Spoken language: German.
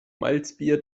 malzbier